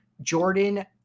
Jordan